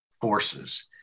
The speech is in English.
forces